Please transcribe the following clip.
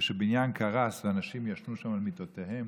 כשבניין קרס ואנשים ישנו שם במיטותיהם,